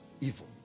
evil